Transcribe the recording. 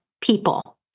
people